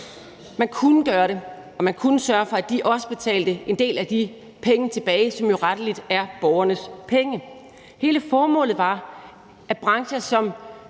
Man kunne gøre det, og man kunne sørge for, at de også betalte en del af de penge tilbage, som jo rettelig er borgernes penge. Hele formålet var, at brancher, som,